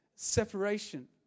separation